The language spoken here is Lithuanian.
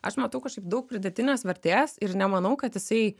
aš matau kažkaip daug pridėtinės vertės ir nemanau kad jisai